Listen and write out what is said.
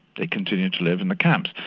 they continued to live in the camps.